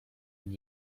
gdy